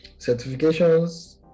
certifications